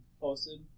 posted